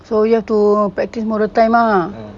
so you have to practise all the time ah